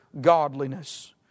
godliness